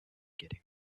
getting